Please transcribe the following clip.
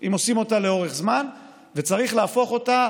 אם עושים אותה לאורך זמן, וצריך להפוך אותה